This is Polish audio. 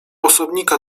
osobnika